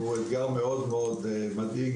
אתגר מדאיג מאוד ומסוכן,